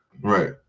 right